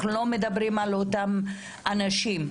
אנחנו לא מדברים על אותם אנשים,